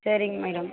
சரிங்க மேடம்